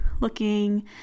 looking